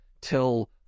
till